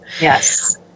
Yes